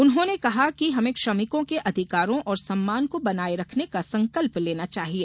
उन्होंने कहा कि हमें श्रमिकों के अधिकारों और सम्मान को बनाए रखने का संकल्प लेना चाहिए